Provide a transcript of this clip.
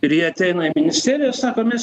ir jie ateina į ministeriją sako mes